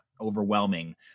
overwhelming